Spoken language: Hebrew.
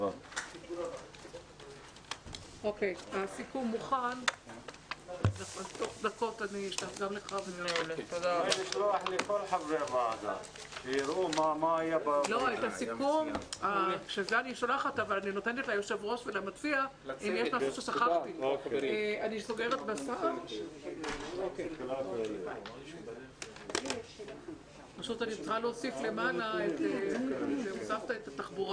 הישיבה ננעלה בשעה 10:50.